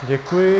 Děkuji.